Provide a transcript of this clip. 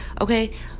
okay